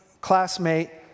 classmate